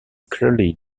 clearly